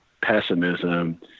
pessimism